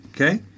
Okay